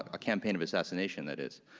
ah a campaign of assassination, that is.